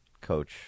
coach